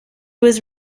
was